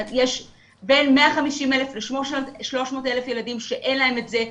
אז יש בין 150,000-300,000 ילדים שאין להם את זה,